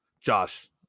Josh